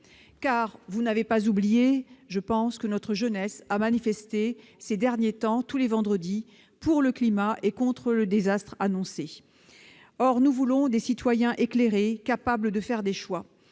Vous n'avez pas oublié, mes chers collègues, que notre jeunesse a manifesté ces derniers temps, tous les vendredis, pour le climat et contre le désastre annoncé. Or nous voulons des citoyens éclairés et capables de faire des choix.